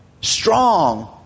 strong